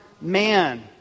man